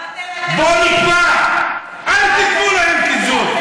גם אתם אל, בואו נקבע: אל תיתנו להם קיזוז.